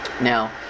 Now